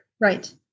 Right